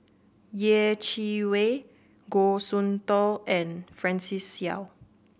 Yeh Chi Wei Goh Soon Tioe and Francis Seow